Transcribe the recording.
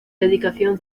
dedicación